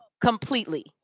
completely